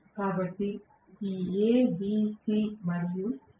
కాబట్టి ఈ A B C మరియు ఇది మూడు ఫేజ్ ల వేరియాక్